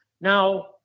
Now